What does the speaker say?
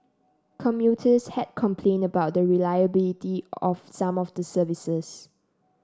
commuters had complained about the reliability of some of the services